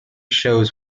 shows